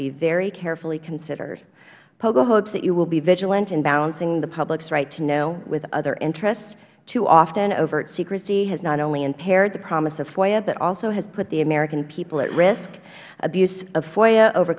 be very carefully considered pogo hopes that you will be vigilant in balancing the public's right to know with other interests too often overt secrecy has not only impaired the promise of foia but also has put the american people at risk abuse of